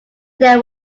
there